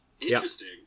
Interesting